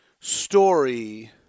story